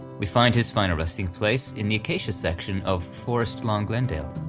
we find his final resting place in the acacia section of forest lawn glendale.